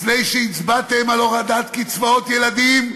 לפני שהצבעתם על הורדת קצבאות ילדים,